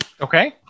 Okay